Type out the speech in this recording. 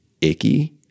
icky